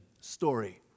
story